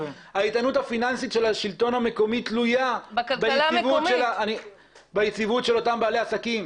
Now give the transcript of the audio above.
האיתנות הפיננסית של השלטון המקומי תלויה ביציבות של אותם בעלי עסקים.